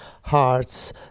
heart's